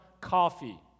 coffee